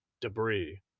debris